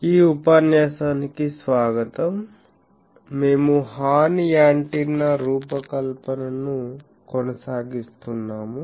ఈ ఉపన్యాసానికి స్వాగతం మేము హార్న్ యాంటెన్నా రూపకల్పనను కొనసాగిస్తున్నాము